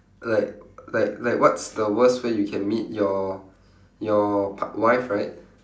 like like like what's the worst way you can meet your your part~ wife right